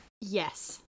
Yes